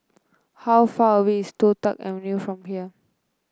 how far away is Toh Tuck Avenue from here